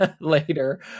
later